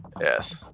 Yes